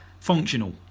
Functional